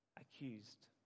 accused